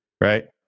right